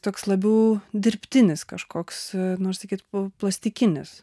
toks labiau dirbtinis kažkoks noriu sakyt plastikinis